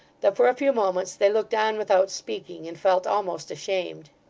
that for a few moments they looked on without speaking, and felt almost ashamed.